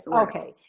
Okay